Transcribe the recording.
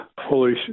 Holy